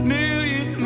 million